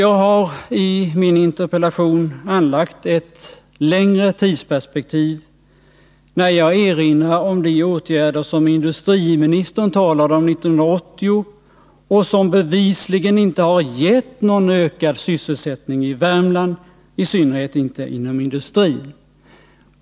Jag har i min interpellation anlagt ett längre tidsperspektiv, när jag erinrar om de åtgärder som industriministern talade om 1980 och som bevisligen inte har gett någon ökad sysselsättning i Värmland, i synnerhet inte inom industrin.